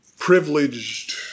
privileged